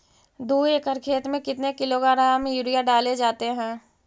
दू एकड़ खेत में कितने किलोग्राम यूरिया डाले जाते हैं?